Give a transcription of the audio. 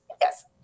yes